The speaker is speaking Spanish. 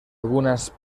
algunas